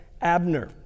Abner